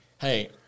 hey –